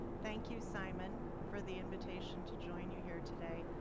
thank you, simon, for the invitation to join you here today.